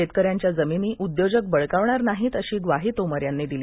शेतकऱ्यांच्या जमिनी उद्योजक बळकावणार नाहीत अशी ग्वाही तोमर यांनी दिली